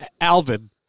Alvin